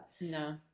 no